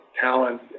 talent